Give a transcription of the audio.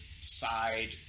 side